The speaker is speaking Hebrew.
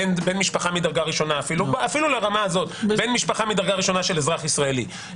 בן משפחה מדרגה ראשונה של אזרח ישראלי.